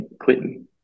quitting